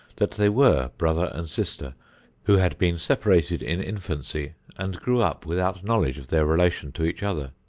that they were brother and sister who had been separated in infancy and grew up without knowledge of their relation to each other.